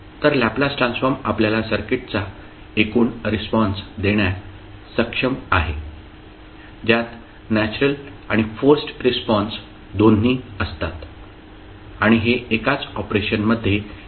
तर Laplace transform आपल्याला सर्किटचा एकूण रिस्पॉन्स देण्यास सक्षम आहे ज्यात नॅचरल आणि फोर्सड रिस्पॉन्स दोन्ही असतात आणि हे एकाच ऑपरेशनमध्ये येते